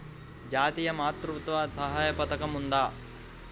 జాతీయ మాతృత్వ సహాయ పథకం ఉందా?